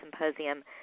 Symposium